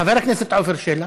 חבר הכנסת עפר שלח,